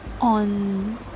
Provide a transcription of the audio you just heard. on